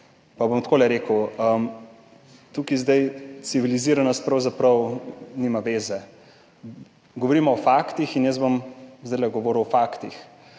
in bom rekel tako. Tukaj zdaj civiliziranost pravzaprav nima zveze, govorimo o faktih, tudi jaz bom zdaj govoril o faktih.